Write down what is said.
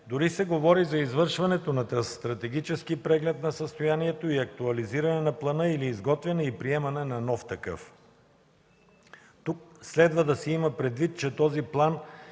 дори се говори и за извършването на стратегически преглед на състоянието и актуализиране на плана или изготвяне и приемане на нов такъв. Тук следва да се има предвид, че този план